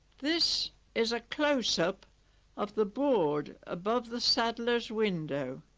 this is a close-up of the board above the saddlers' window